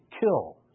kill